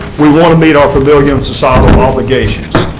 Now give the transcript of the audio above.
we want to meet our familial and societal obligations.